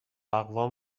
اقوام